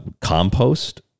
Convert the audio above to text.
compost